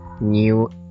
new